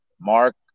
Mark